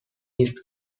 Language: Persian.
نیست